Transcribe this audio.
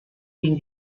ging